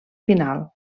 final